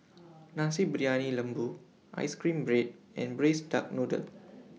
Nasi Briyani Lembu Ice Cream Bread and Braised Duck Noodle